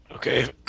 Okay